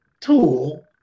tool